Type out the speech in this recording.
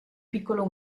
piccolo